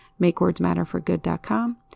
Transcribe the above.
makewordsmatterforgood.com